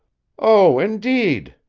oh, indeed!